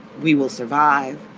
we will survive.